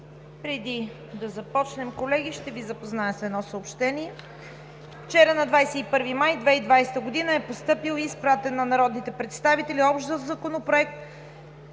Преди да започнем, колеги, ще Ви запозная с едно съобщение: Вчера, 21 май 2020 г., е постъпил и изпратен на народните представители Общ проект